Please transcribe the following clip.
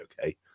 okay